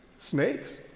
snakes